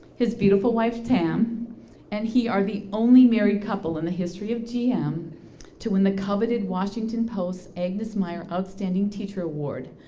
his beautiful wife tam and he are the only married couple in the history of gm to win the coveted washington post avis mayer outstanding teacher award,